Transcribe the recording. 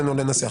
לנסח,